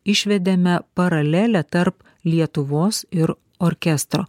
išvedėme paralelę tarp lietuvos ir orkestro